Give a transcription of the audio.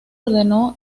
ordenó